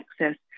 access